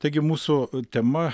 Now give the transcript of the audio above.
taigi mūsų tema